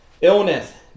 Illness